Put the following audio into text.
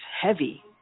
heavy